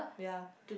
ya